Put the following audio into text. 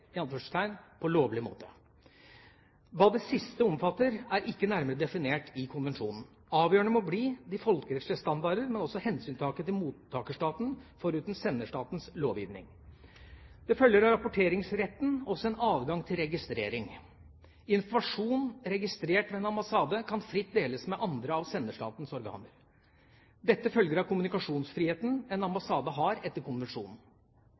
lovlig måte». Hva det siste omfatter, er ikke nærmere definert i konvensjonen. Avgjørende må bli de folkerettslige standarder, men også hensyntaken til mottakerstatens, foruten senderstatens, lovgivning. Det følger av rapporteringsretten også en adgang til registrering. Informasjon registrert ved en ambassade kan fritt deles med andre av senderstatens organer. Dette følger av kommunikasjonsfriheten en ambassade har etter konvensjonen.